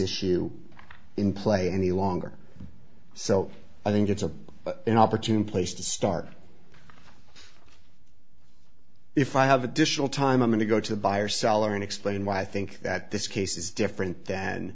issue in play any longer so i think it's a an opportune place to start if i have additional time i'm going to go to the buyer seller and explain why i think that this case is different than